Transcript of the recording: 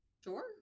Sure